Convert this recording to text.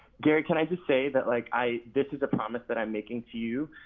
gary can i just say that like i, this is a promise that i'm making to you,